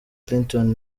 clinton